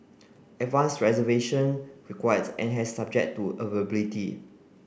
advanced reservation required and had subject to availability